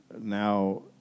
now